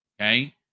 Okay